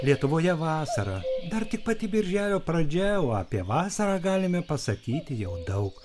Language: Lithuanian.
lietuvoje vasara dar tik pati birželio pradžia o apie vasarą galime pasakyti jau daug